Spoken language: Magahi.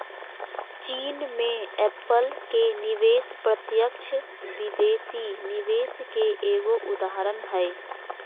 चीन मे एप्पल के निवेश प्रत्यक्ष विदेशी निवेश के एगो उदाहरण हय